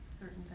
certain